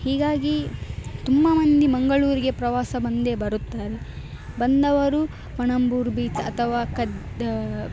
ಹೀಗಾಗಿ ತುಂಬ ಮಂದಿ ಮಂಗಳೂರಿಗೆ ಪ್ರವಾಸ ಬಂದೇ ಬರುತ್ತಾರೆ ಬಂದವರು ಪಣಂಬೂರು ಬೀಚ್ ಅಥವಾ ಕದ್